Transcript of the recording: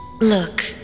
Look